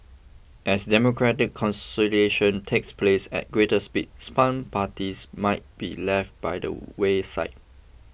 as democratic consolidation takes place at greater speed parties might be left by the wayside